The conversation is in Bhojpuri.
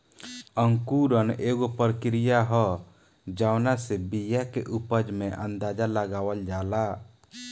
अंकुरण एगो प्रक्रिया ह जावना से बिया के उपज के अंदाज़ा लगावल जाला